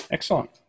Excellent